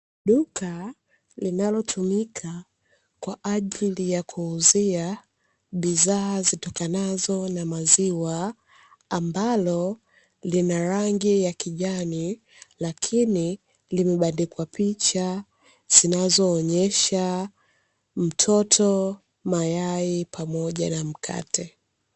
Duka linalotumia kwaajili ya kuuzika bidhaa zitokanazo na maziwa